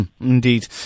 Indeed